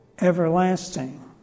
everlasting